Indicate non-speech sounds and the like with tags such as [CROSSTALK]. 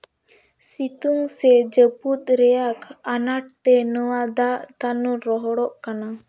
ᱥᱤᱛᱩᱝ ᱥᱮ ᱡᱟᱹᱯᱩᱫ ᱨᱮᱭᱟᱜ ᱟᱱᱟᱴᱛᱮ ᱱᱚᱣᱟ ᱫᱟᱜ ᱫᱟᱱᱩ [UNINTELLIGIBLE] ᱨᱚᱦᱚᱲᱚᱜ ᱠᱟᱱᱟ